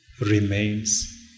remains